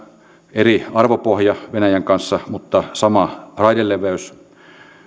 eri arvopohja venäjän kanssa mutta sama raideleveys